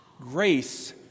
grace